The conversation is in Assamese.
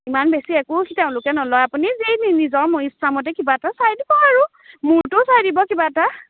ইমান বেছি একো তেওঁলোকে নলয় আপুনি যি নিজৰ ইচ্ছা মতে কিবা এটা চাই দিব আৰু মূলটো চাই দিব কিবা এটা